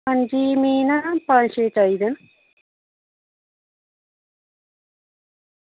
अंजी मिगी ना पंज सौ चाहिदे न